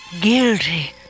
Guilty